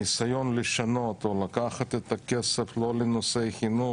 הניסיון לשנות או לקחת את הכסף לא לנושאי חינוך